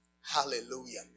Hallelujah